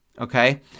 okay